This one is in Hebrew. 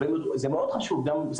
זה מאוד חשוב גם.